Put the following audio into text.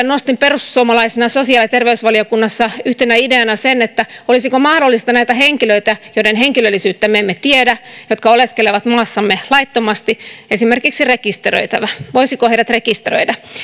nostin perussuomalaisena sosiaali ja terveysvaliokunnassa yhtenä ideana sen olisiko mahdollista näitä henkilöitä joiden henkilöllisyyttä me emme tiedä ja jotka oleskelevat maassamme laittomasti esimerkiksi rekisteröidä voisiko heidät rekisteröidä